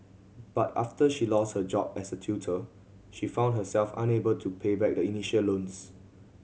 but after she lost her job as a tutor she found herself unable to pay back the initial loans